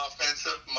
offensive